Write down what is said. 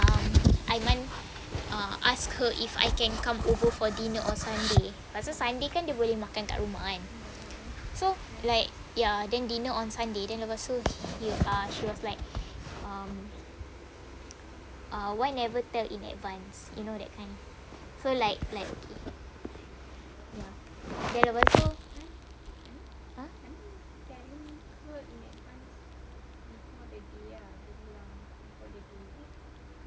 um aiman ask her if I can come over for dinner on sunday lepas tu sunday kan dia boleh makan dekat rumah kan so like ya then dinner on sunday lepas tu ah so she was like err why never tell in advance you know that so like like ya then lepas tu